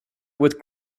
with